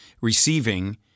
receiving